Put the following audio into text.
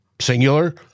Singular